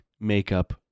makeup